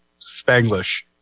Spanglish